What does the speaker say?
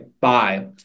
bye